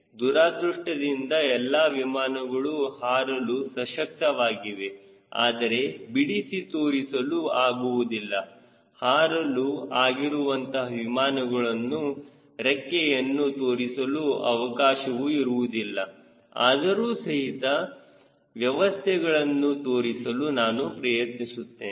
ದುರದೃಷ್ಟದಿಂದ ಎಲ್ಲಾ ವಿಮಾನಗಳು ಹಾರಲು ಸಶಕ್ತವಾಗಿವೆ ಆದರೆ ಬಿಡಿಸಿ ತೋರಿಸಲು ಆಗುವುದಿಲ್ಲ ಹಾರಲು ಆಗಿರುವಂತಹ ವಿಮಾನಗಳನ್ನು ರೆಕ್ಕೆಯನ್ನು ತೋರಿಸಲು ಅವಕಾಶವೂ ಇರುವುದಿಲ್ಲ ಆದರೂ ಸಹಿತ ವ್ಯವಸ್ಥೆಗಳನ್ನು ತೋರಿಸಲು ನಾನು ಪ್ರಯತ್ನಿಸುತ್ತೇನೆ